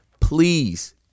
please